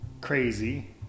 crazy